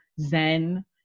zen